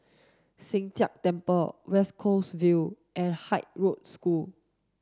Sheng Jia Temple West Coast Vale and Haig Girls' School